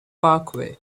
parkway